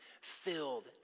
filled